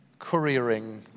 couriering